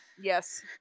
yes